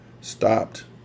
stopped